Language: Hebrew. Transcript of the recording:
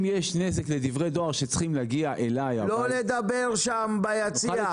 אם יש נזק לדברי דואר שצריכים להגיע אלי -- לא לדבר שם ביציע.